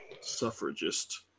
Suffragist